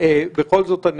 שהסכימו לכל הדרישות הסביבתיות.